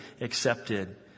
accepted